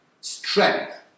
strength